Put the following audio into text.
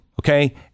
Okay